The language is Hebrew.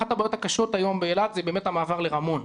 אחת הבעיות הקשות היום באילת זה באמת המעבר לרמון,